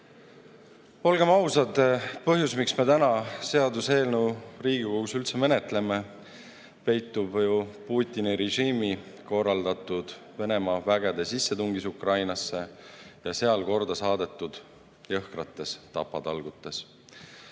Olgem ausad, põhjus, miks me täna seda seaduseelnõu Riigikogus üldse menetleme, peitub ju Putini režiimi korraldatud Venemaa vägede sissetungis Ukrainasse ja seal korda saadetud jõhkrates tapatalgutes.